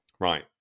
Right